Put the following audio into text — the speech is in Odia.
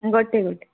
ଗୋଟେ ଗୋଟେ